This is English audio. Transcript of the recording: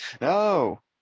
No